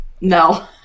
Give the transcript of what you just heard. No